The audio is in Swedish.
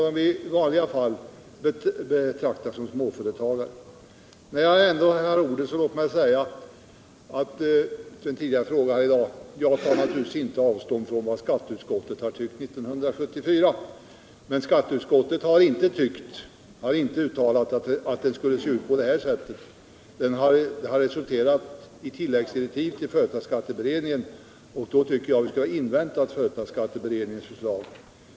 På en tidigare ställd fråga i dag vill jag svara att jag naturligtvis inte tar avstånd från vad skatteutskottet tyckte 1974. Men skatteutskottet har inte uttalat att det skulle se ut på det här viset. Uttalandet har resulterat i tilläggsdirektiv till företagsskatteberedningen, och därför tycker jag vi skall invänta dess förslag.